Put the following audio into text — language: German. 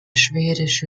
schwedische